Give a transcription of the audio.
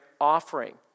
offering